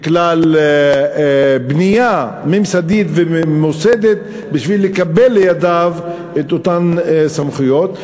לכלל בנייה ממסדית וממוסדת בשביל שהוא יקבל לידיו את אותן סמכויות.